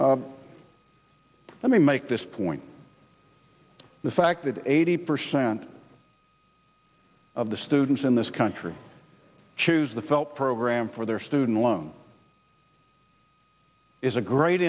education let me make this point the fact that eighty percent of the students in this country choose the felt program for their student loan is a great